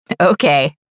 Okay